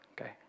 okay